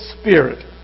Spirit